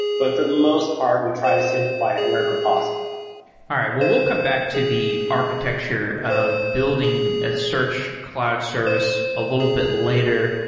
but for the most part, we try to simplify it wherever possible all right, well we'll come back to the architecture of building a search cloud service a little bit later.